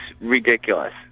ridiculous